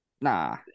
Nah